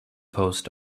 post